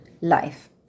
life